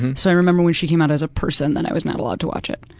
so i remember when she came out as a person, then i was not allowed to watch it.